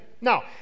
Now